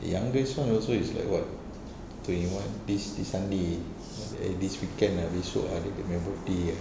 the youngest one also is like what twenty one this this sunday eh this weekend besok ah dia punya birthday